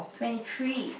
twenty three